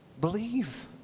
Believe